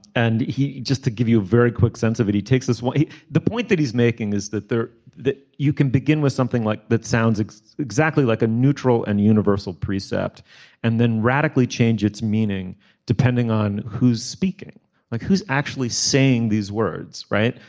and he just to give you a very quick sense of it he takes us to the point that he's making is that there that you can begin with something like that sounds exactly like a neutral and universal precept and then radically change its meaning depending on who's speaking like who's actually saying these words right.